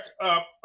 up